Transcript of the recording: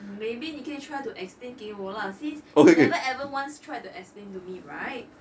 maybe 你可以 try to explain 给我 lah since you never ever once tried to explain to me right